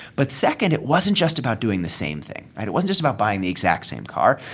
but second, it wasn't just about doing the same thing, right? it wasn't just about buying the exact same car.